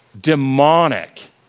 demonic